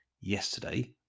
yesterday